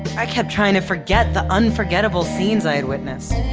i kept trying to forget the unforgettable scenes i'd witnessed,